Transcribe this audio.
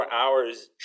hours